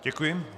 Děkuji.